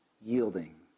yielding